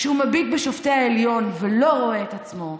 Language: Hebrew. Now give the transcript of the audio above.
שהוא מביט בשופטי העליון ולא רואה את עצמו,